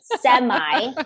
semi